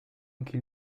anche